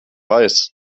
weiß